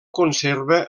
conserva